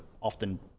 often